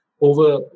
over